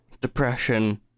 depression